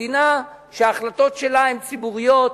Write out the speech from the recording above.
מדינה שההחלטות שלה הן ציבוריות